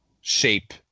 shape